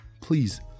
Please